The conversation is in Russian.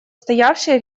стоявший